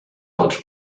dels